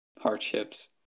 hardships